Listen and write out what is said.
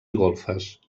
golfes